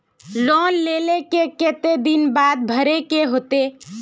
Loan लेल के केते दिन बाद भरे के होते?